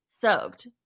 soaked